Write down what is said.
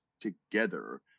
together